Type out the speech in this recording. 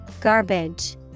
Garbage